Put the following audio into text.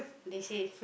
they say